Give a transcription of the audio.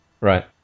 Right